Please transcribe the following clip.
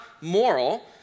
moral